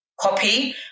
copy